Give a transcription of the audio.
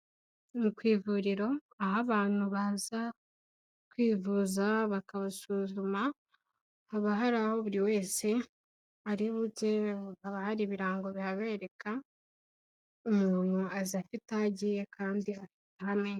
Ni ku ivuriro, aho abantu baza kwivuza bakabasuzuma, haba hari aho buri wese ari bujye, haba hari ibirango bihabereka. Umuntu azi afite aho agiye kandi akahamenya.